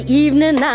evening